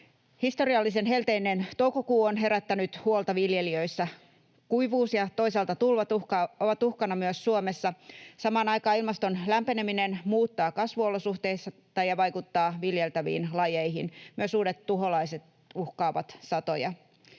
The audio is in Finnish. Historiallisen helteinen toukokuu on herättänyt huolta viljelijöissä. Kuivuus ja toisaalta tulvat ovat uhkana myös Suomessa. Samaan aikaan ilmaston lämpeneminen muuttaa kasvuolosuhteita ja vaikuttaa viljeltäviin lajeihin. Myös uudet tuholaiset uhkaavat satoja.